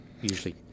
usually